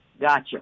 Gotcha